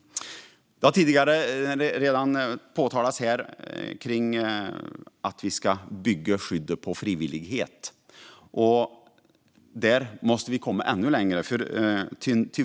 Det har redan påpekats här att skyddet ska bygga på frivillighet. Där måste vi komma ännu längre.